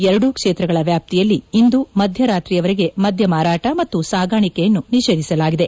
ಎರಡೂ ಕ್ವೇತ್ರಗಳ ವ್ಯಾಪ್ತಿಯಲ್ಲಿ ಇಂದು ಮಧ್ಯರಾತ್ರಿವರೆಗೆ ಮದ್ಯಮಾರಾಟ ಮತ್ತು ಸಾಗಾಣಿಕೆಯನ್ನು ನಿಷೇಧಿಸಲಾಗಿದೆ